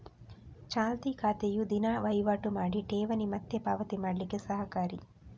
ಚಾಲ್ತಿ ಖಾತೆಯು ದಿನಾ ವೈವಾಟು ಮಾಡಿ ಠೇವಣಿ ಮತ್ತೆ ಪಾವತಿ ಮಾಡ್ಲಿಕ್ಕೆ ಸಹಕಾರಿ